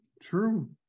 True